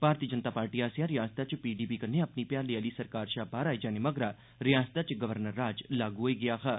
भारती Janata party आसेआ रिआसता च पीडीपी कन्नै अपनी भ्याली आहली सरकार शै बाहर आई जाने मगरा रिआसता च गवर्नर राज लागू होई गेआ हा